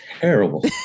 terrible